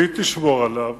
והיא תשמור עליו